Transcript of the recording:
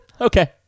Okay